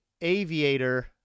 aviator